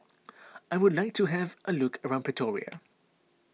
I would like to have a look around Pretoria